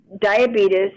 diabetes